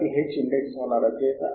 ఆ నిర్దిష్ట రకం ద్వారా అంశాలు